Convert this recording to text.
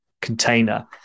container